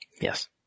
Yes